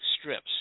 strips